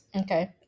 okay